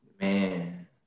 Man